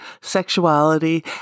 sexuality